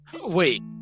Wait